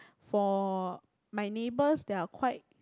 for my neighbours they are quite